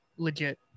legit